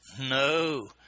No